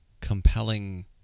compelling